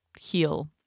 heal